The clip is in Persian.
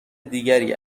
دیگری